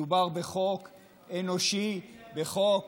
מדובר בחוק אנושי, בחוק